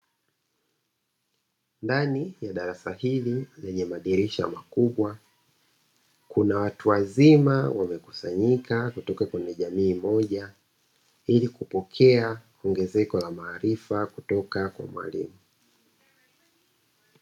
Ndani ya darasa hili lenye madirisha makubwa kuna watu wazima wamekusanyika kutoka kwenye jamii moja, ili kupokea ongezeko la maarifa kutoka kwa mwalimu.